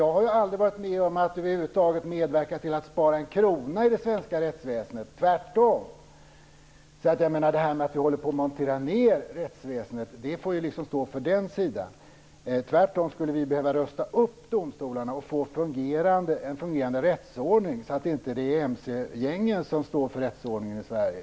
Men jag har aldrig varit med om att över huvud taget spara en krona i det svenska rättsväsendet, tvärtom. Att vi håller på att montera ned rättsväsendet får stå för den sidan. Tvärtom skulle vi behöva rusta upp domstolarna och få en fungerande rättsordning så att det inte är mc-gängen som står för rättsordningen i Sverige.